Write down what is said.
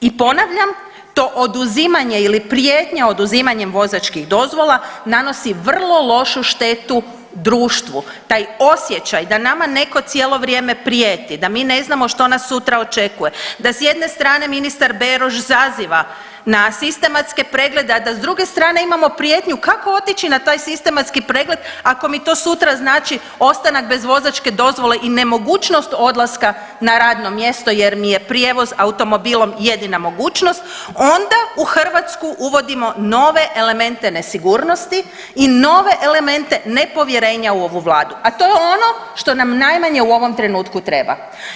I ponavljam, to oduzimanje ili prijetnja oduzimanjem vozačkih dozvola nanosi vrlo lošu štetu društvu, taj osjećaj da nama neko cijelo vrijeme prijeti, da mi ne znamo što nas sutra očekuje, da s jedne strane ministar Beroš zaziva na sistematske preglede, a da s druge strane imamo prijetnju kako otići na taj sistematski pregled ako mi to sutra znači ostanak bez vozačke dozvole i nemogućnost odlaska na radno mjesto jer mi je prijevoz automobilom jedina mogućnost onda u Hrvatsku uvodimo nove elemente nesigurnosti i nove elemente nepovjerenja u ovu vladu, a to je ono što nam najmanje u ovom trenutku treba.